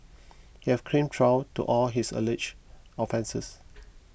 he has claimed trial to all his alleged offences